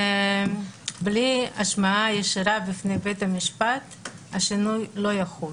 בלי השמעה ישירה בפני בית המשפט השינוי לא יחול.